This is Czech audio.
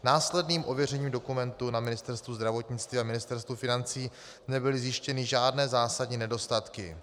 Následným ověřením dokumentů na Ministerstvu zdravotnictví a na Ministerstvu financí nebyly zjištěny žádné zásadní nedostatky.